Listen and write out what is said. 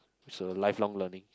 so lifelong learning